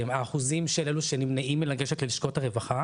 האחוזים של אלו שנמנעים מלגשת ללשכות הרווחה